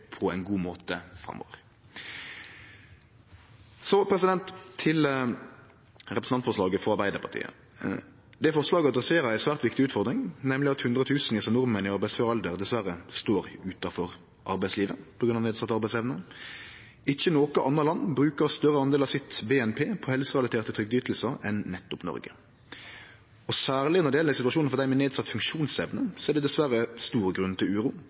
forslaget adresserer ei svært viktig utfordring, nemleg at hundretusenvis av nordmenn i arbeidsfør alder dessverre står utanfor arbeidslivet på grunn av nedsett arbeidsevne. Ikkje noko anna land brukar større del av sitt BNP på helserelaterte trygdeytingar enn nettopp Noreg. Særleg når det gjeld situasjonen for dei med nedsett funksjonsevne, er det dessverre stor grunn til uro.